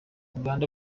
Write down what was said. uganda